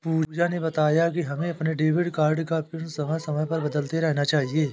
पूजा ने बताया कि हमें अपने डेबिट कार्ड का पिन समय समय पर बदलते रहना चाहिए